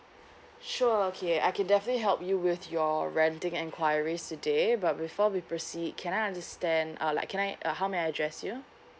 sure okay I can definitely help you with your renting enquiries today but before we proceed can I understand uh like can I uh how may I address you